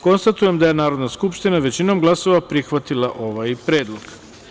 Konstatujem da je Narodna skupština većinom glasova prihvatila ovaj predlog.